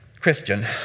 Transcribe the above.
Christian